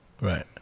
Right